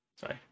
sorry